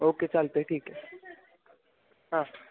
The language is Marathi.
ओके चालत आहे ठीक आहे हां